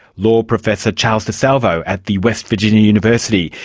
law professor charles disalvo at the west virginia university.